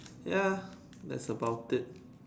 ya that's about it